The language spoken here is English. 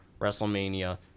wrestlemania